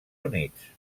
units